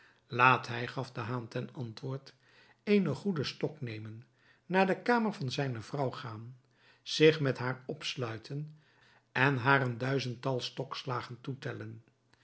laat hij gaf de haan ten antwoord een goeden stok nemen naar de kamer van zijne vrouw gaan zich met haar opsluiten en haar een duizendtal stokslagen toetellen